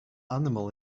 animal